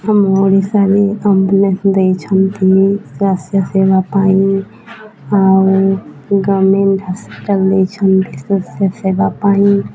ଆମ ଓଡ଼ିଶାରେ ଆମ୍ବୁଲେନ୍ସ ଦେଇଛନ୍ତି ସ୍ୱାସ୍ଥ୍ୟ ସେବା ପାଇଁ ଆଉ ଗର୍ମେଣ୍ଟ ହସ୍ପିଟାଲ୍ ଦେଇଛନ୍ତି ସ୍ୱାସ୍ଥ୍ୟ ସେବା ପାଇଁ